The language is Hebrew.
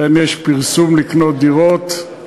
אכן יש פרסום לקנות דירות.